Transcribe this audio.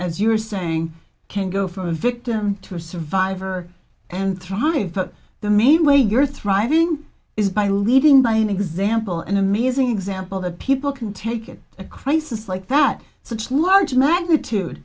as you're saying can go for the victim to survive and thrive but the main way you're thriving is by leading by example an amazing example that people can take it a crisis like that such large magnitude